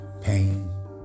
pain